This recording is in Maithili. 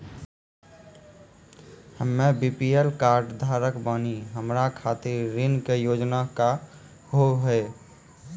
हम्मे बी.पी.एल कार्ड धारक बानि हमारा खातिर ऋण के योजना का होव हेय?